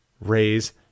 raise